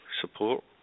support